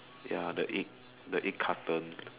ya the egg the egg carton